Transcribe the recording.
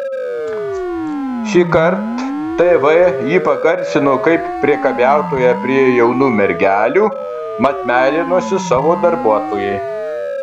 šįkart tv jį pagarsino kaip priekabiautoją prie jaunų mergelių mat meilinosi savo darbuotojai